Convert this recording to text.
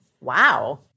Wow